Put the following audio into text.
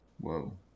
Whoa